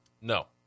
No